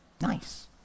Nice